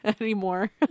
anymore